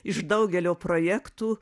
iš daugelio projektų